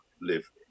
live